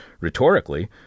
rhetorically